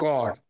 God